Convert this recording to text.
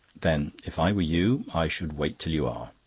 then, if i were you, i should wait till you are.